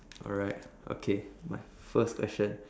alright okay my first question